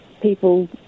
people